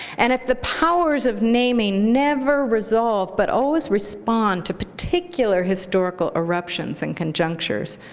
and if the powers of naming never resolve but always respond to particular historical eruptions and conjunctures,